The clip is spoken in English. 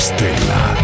Stella